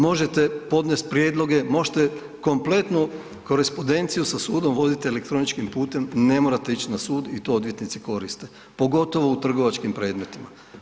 Možete podnest prijedloge, možete kompletnu korespodenciju sa sudom vodit elektroničkim putem, ne morate ić na sud i to odvjetnici koriste, pogotovo u trgovačkim predmetima.